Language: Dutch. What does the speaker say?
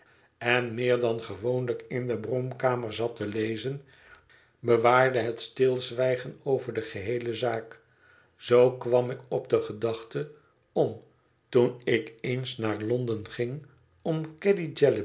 en meer dan gewoonlijk in de bromkamer zat te lezen bewaarde het stilzwijgen over de geheele zaak zoo kwam ik op de gedachte om toen ik eens naar londen ging om